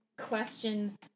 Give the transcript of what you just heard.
question